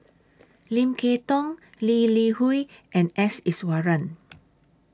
Lim Kay Tong Lee Li Hui and S Iswaran